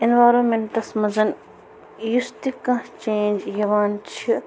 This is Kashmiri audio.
ایٚنورامیٚنٛٹَس منٛز یُس تہِ کانٛہہ چینج یِوان چھِ